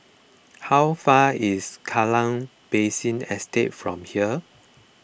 how far is Kallang Basin Estate from here